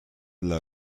dla